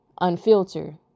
Unfiltered